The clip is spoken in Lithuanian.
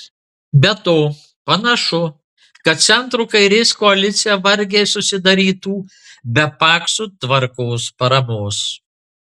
be to panašu kad centro kairės koalicija vargiai susidarytų be pakso tvarkos paramos